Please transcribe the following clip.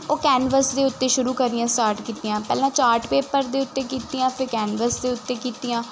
ਉਹ ਕੈਨਵਸ ਦੇ ਉੱਤੇ ਸ਼ੁਰੂ ਕਰਨੀਆਂ ਸਟਾਰਟ ਕੀਤੀਆਂ ਪਹਿਲਾਂ ਚਾਰਟ ਪੇਪਰ ਦੇ ਉੱਤੇ ਕੀਤੀਆਂ ਫਿਰ ਕੈਨਵਸ ਦੇ ਉੱਤੇ ਕੀਤੀਆਂ